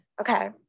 Okay